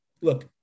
look